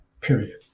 period